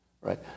right